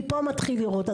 מפה נתחיל לראות.